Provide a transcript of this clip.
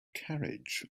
carriage